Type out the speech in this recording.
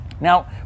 Now